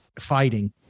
fighting